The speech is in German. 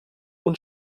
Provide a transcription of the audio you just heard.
und